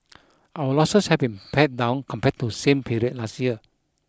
our losses have been pared down compared to same period last year